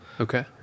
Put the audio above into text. okay